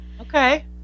Okay